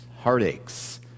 heartaches